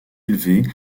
élever